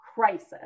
crisis